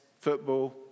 football